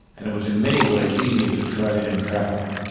and it was in many ways easier to trade and travel.